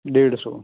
ਢੇਡ ਸੌ